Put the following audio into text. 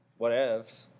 whatevs